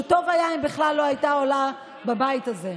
שטוב היה אם בכלל לא הייתה עולה בבית הזה,